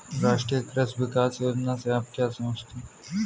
राष्ट्रीय कृषि विकास योजना से आप क्या समझते हैं?